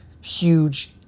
huge